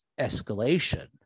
escalation